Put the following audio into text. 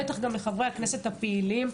בטח גם לחברי הכנסת הפעילים,